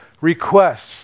requests